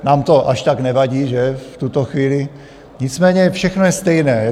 Nám to až tak nevadí, že, v tuto chvíli, nicméně všechno je stejné.